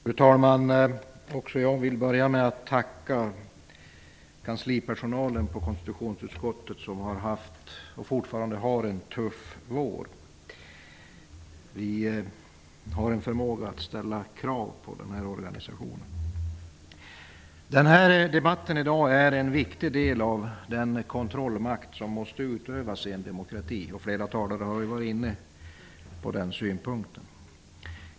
Fru talman! Också jag vill börja med att tacka kanslipersonalen på konstitutionsutskottet, som har haft och fortfarande har en tuff vår. Vi har en förmåga att ställa krav på kansliet. Dagens debatt är en viktig del av den kontrollmakt som måste utövas i en demokrati. Flera talare har haft den synpunkten.